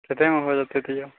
कतेमे